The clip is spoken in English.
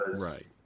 right